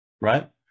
Right